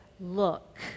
look